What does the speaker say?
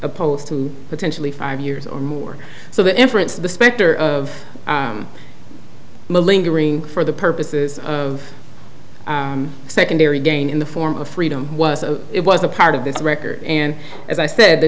opposed to potentially five years or more so the inference the specter of modeling the ring for the purposes of secondary gain in the form of freedom was it was a part of this record and as i said the